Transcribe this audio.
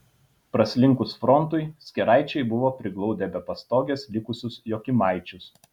praslinkus frontui skėraičiai buvo priglaudę be pastogės likusius jokymaičius